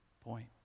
point